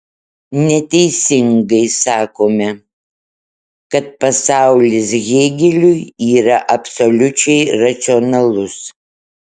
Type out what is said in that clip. neteisingai sakome kad pasaulis hėgeliui yra absoliučiai racionalus